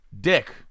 Dick